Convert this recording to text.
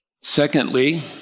Secondly